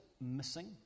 missing